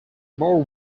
more